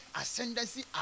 ascendancy